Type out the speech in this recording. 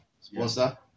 sponsor